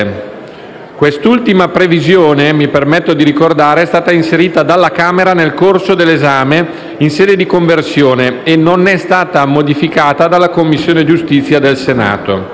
Quest'ultima previsione - mi permetto di ricordare - è stata inserita dalla Camera nel corso dell'esame in sede di conversione e non è stata modificata dalla Commissione giustizia del Senato.